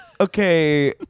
Okay